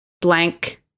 blank